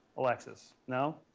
alexis? no?